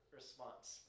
response